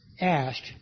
asked